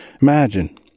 Imagine